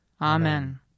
Amen